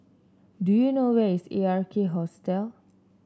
do you know where is Ark Hostel